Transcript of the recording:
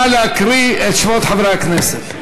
את שמות חברי הכנסת.